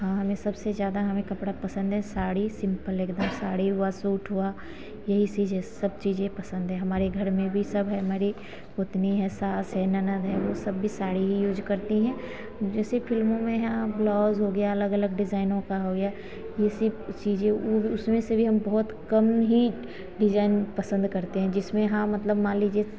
हाँ हमें सबसे ज़्यादा हमें कपड़ा पसंद है साड़ी सिम्पल एकदम साड़ी हुआ सूट हुआ यही सीजे सब चीज़ें पसंद है हमारे घर में भी सब है हमारी गोतनी है सास है ननद है ओ सब भी साड़ी ही यूज करती हैं जैसे फिल्मों में यहाँ ब्लाउज हो गया अलग अलग डिजाइनों का हो गया उसमें से भी हम बहुत कम ही डिजाइन पसंद करते हैं जिसमें हाँ मतलब मान लीजिए